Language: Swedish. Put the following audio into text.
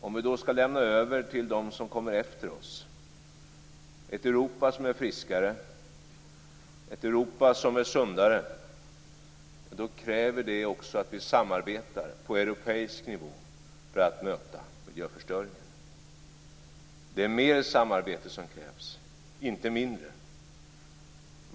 Om vi skall lämna över ett Europa som är friskare, ett Europa som är sundare, till dem som kommer efter oss kräver det att vi samarbetar på europeisk nivå för att möta miljöförstöringen. Det är mer samarbete som krävs, inte mindre.